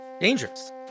dangerous